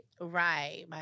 Right